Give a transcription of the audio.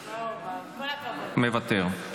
מוותר.